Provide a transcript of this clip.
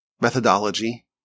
methodology